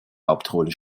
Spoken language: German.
hauptrolle